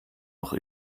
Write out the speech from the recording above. noch